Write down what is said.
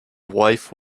wife